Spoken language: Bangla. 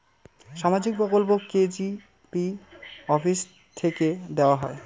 সামাজিক প্রকল্প কি জি.পি অফিস থেকে দেওয়া হয়?